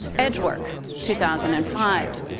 edgework two thousand and five,